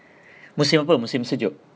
musim apa musim sejuk